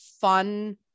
fun